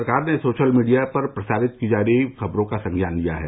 सरकार ने social media पर प्रसारित की जा रही खबरों का संज्ञान लिया है